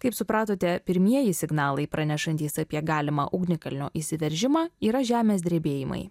kaip supratote pirmieji signalai pranešantys apie galimą ugnikalnio išsiveržimą yra žemės drebėjimai